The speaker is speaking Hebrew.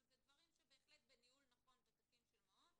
זאת אומרת שבניהול תקין ונכון של המעון